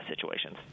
situations